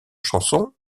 chansons